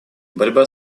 борьба